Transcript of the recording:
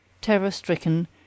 Terror-stricken